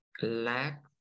lack